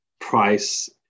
price